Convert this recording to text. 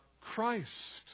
Christ